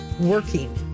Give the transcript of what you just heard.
working